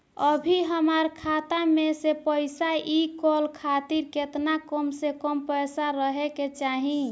अभीहमरा खाता मे से पैसा इ कॉल खातिर केतना कम से कम पैसा रहे के चाही?